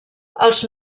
els